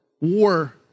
war